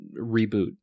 reboot